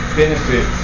benefit